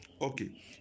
Okay